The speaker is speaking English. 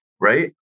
Right